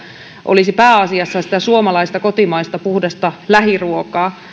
olisi pääasiassa sitä suomalaista kotimaista puhdasta lähiruokaa